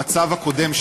המצב הקודם,